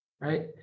Right